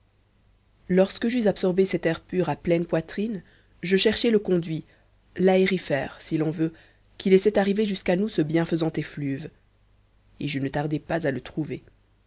lorsque j'eus absorbé cet air pur à pleine poitrine je cherchai le conduit l aérifère si l'on veut qui laissait arriver jusqu'à nous ce bienfaisant effluve et je ne tardai pas à le trouver